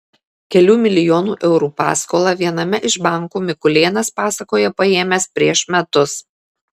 kelių milijonų eurų paskolą viename iš bankų mikulėnas pasakoja paėmęs prieš metus